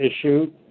issue